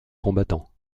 combattants